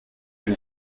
bin